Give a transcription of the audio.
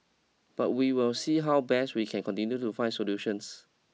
but we will see how best we can continue to find solutions